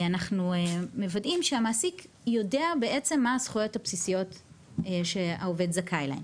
אנחנו מוודאים שהמעסיק יודע מה הזכויות הבסיסיות שהעובד זכאי להן,